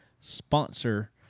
sponsor